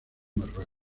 marruecos